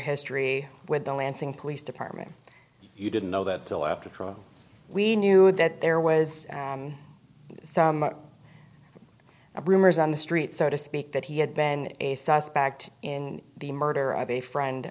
history with the lansing police department you didn't know that till after christmas we knew that there was some rumors on the street so to speak that he had been a suspect in the murder of a friend